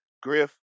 Griff